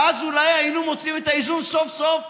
ואז אולי היינו מוצאים את האיזון סוף-סוף,